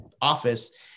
office